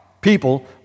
people